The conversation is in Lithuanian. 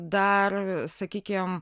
dar sakykim